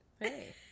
Hey